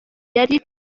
yari